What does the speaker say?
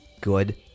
good